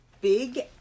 Big